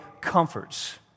comforts